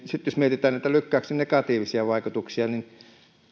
sitten jos mietitään näitä lykkäyksen negatiivisia vaikutuksia niin